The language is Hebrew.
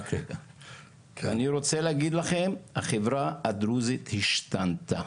אני רוצה להגיד לכם שהחברה הדרוזית השתנתה,